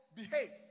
behave